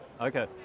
Okay